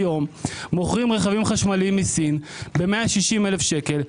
היום מוכרים רכבים חשמליים מסין ב-160 אלף שקלים,